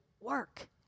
work